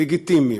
לגיטימיים,